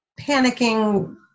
panicking